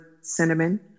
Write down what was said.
cinnamon